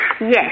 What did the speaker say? Yes